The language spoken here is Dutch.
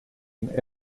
een